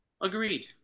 agreed